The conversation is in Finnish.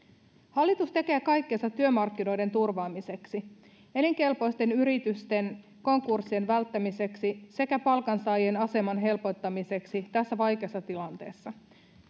hallitus tekee kaikkensa työmarkkinoiden turvaamiseksi elinkelpoisten yritysten konkurssien välttämiseksi sekä palkansaajien aseman helpottamiseksi tässä vaikeassa tilanteessa